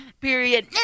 Period